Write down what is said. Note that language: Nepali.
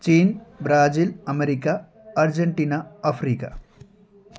Chin Brazil America Argentina Africa